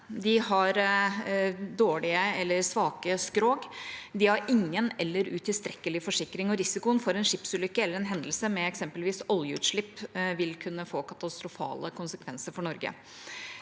de har dårlige eller svake skrog, de har ingen eller utilstrekkelig forsikring, og risikoen for en skipsulykke eller en hendelse med eksempelvis oljeutslipp vil kunne få katastrofale konsekvenser for Norge.